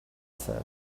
said